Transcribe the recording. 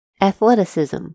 athleticism